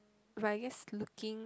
but I guess looking